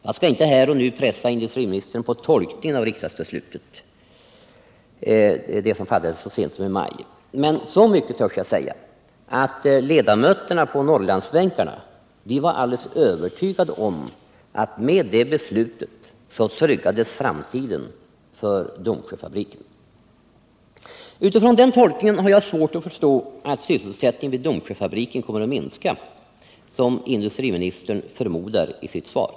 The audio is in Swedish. Jag skall inte här och nu pressa industriministern på tolkningen av riksdagsbeslutet, som fattades så sent som i maj, men så mycket törs jag säga att ledamöterna på Norrlandsbänkarna var alldeles övertygade om att med det beslutet tryggades framtiden för Domsjöfabriken. Utifrån den tolkningen har jag svårt att förstå att sysselsättningen vid Domsjöfabriken kommer att minska, som industriministern förmodar i sitt svar.